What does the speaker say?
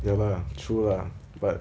ya lah true lah but